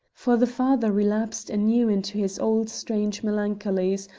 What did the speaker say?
for the father relapsed anew into his old strange melancholies,